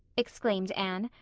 exclaimed anne.